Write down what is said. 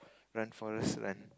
run forest run